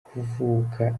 kuvuka